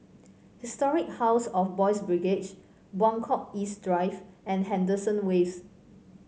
Historic House of Boys' Brigade Buangkok East Drive and Henderson Wave